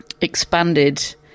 expanded